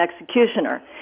executioner